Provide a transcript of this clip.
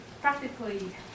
practically